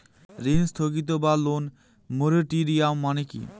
ঋণ স্থগিত বা লোন মোরাটোরিয়াম মানে কি?